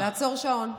לעצור שעון.